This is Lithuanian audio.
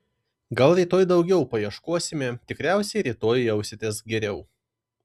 gal rytoj daugiau paieškosime tikriausiai rytoj jausitės geriau